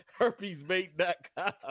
Herpesmate.com